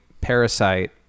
Parasite